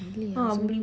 buli eh